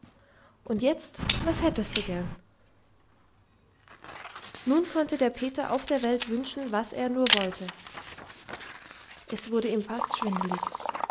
und jetzt was hättest du gern nun konnte der peter auf der welt wünschen was er nur wollte es wurde ihm fast schwindelig